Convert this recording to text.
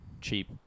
Cheap